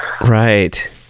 Right